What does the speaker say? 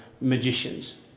magicians